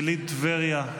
יליד טבריה,